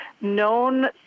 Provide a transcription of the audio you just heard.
known